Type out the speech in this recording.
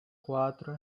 cuatro